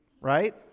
right